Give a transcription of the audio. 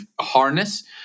harness